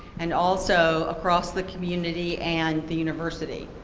and also across the community and the university.